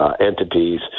entities